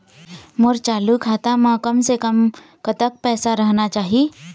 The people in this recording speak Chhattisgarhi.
मोर चालू खाता म कम से कम कतक पैसा रहना चाही?